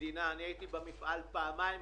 הייתי במפעל פעמיים,